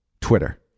twitter